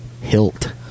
hilt